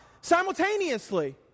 simultaneously